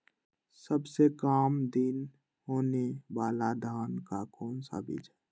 सबसे काम दिन होने वाला धान का कौन सा बीज हैँ?